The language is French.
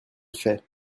fait